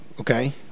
Okay